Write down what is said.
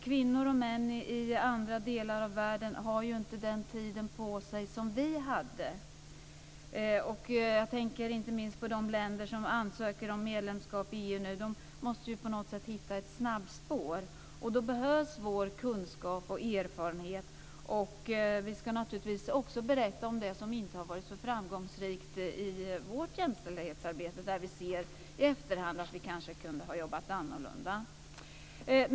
Kvinnor och män i andra delar av världen har inte den tiden på sig som vi hade. Jag tänker inte minst på de länder som nu ansöker om medlemskap i EU, som på något sätt måste hitta ett snabbspår. Då behövs vår kunskap och erfarenhet. Vi ska naturligtvis också berätta om det som inte har varit så framgångsrikt i vårt jämställdhetsarbete, där vi ser i efterhand att vi kanske kunde ha jobbat annorlunda.